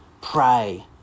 pray